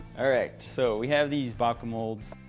alright. so we have these babka molds.